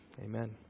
Amen